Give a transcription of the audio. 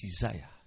desire